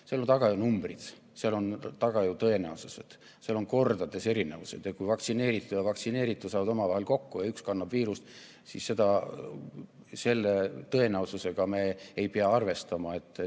Seal on taga numbrid, seal on taga tõenäosuse näitajad. Nendes on kordades erinevused. Kui vaktsineeritu ja vaktsineeritu saavad omavahel kokku ja üks kannab viirust, siis tõenäoliselt me ei pea arvestama, et